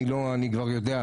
אני כבר יודע,